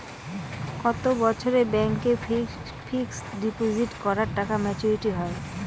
কত বছরে ব্যাংক এ ফিক্সড ডিপোজিট করা টাকা মেচুউরিটি হয়?